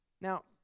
Now